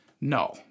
no